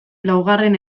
laugarren